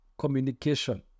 communication